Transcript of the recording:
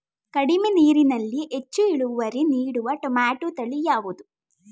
ಕಡಿಮೆ ನೀರಿನಲ್ಲಿ ಹೆಚ್ಚು ಇಳುವರಿ ನೀಡುವ ಟೊಮ್ಯಾಟೋ ತಳಿ ಯಾವುದು?